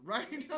Right